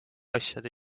asjade